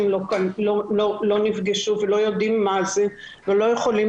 לא נפגשו ולא יודעים מה זה ולא יכולים